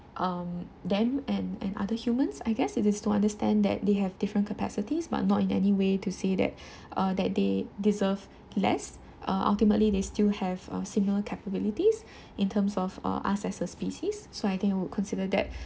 um them and and other humans I guess it is to understand that they have different capacities but not in any way to say that uh that they deserve less uh ultimately they still have uh similar capabilities in terms of uh us as a species so I think I would consider that